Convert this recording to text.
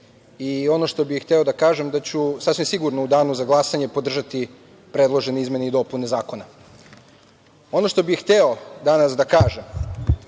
što bih hteo da kažem je da ću sasvim sigurno u danu za glasanje podržati predložene izmene i dopune zakona. Ono što bih hteo danas da kažem,